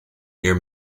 near